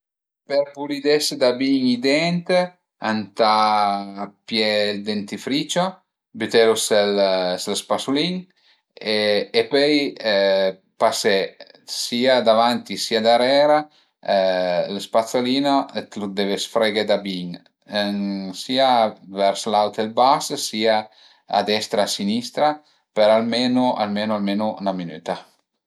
Per pulidese da bin i dent ëntà pìé ël dentifricio, bütelu s'lë spasulin e pöi pasé sia davanti sia darera, lë spazzolino t'li deve sfreghé da bin ën sia ver l'aut e ël bas sia a destra e a sinistra për almenu almenu almenu 'na minüta